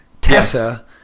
Tessa